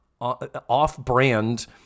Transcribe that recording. off-brand